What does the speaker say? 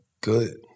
good